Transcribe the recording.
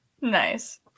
Nice